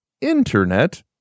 Internet